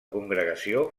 congregació